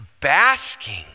basking